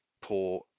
poor